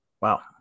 Wow